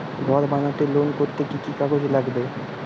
ঘর বানাতে লোন করতে কি কি কাগজ লাগবে?